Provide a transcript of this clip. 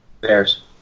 Bears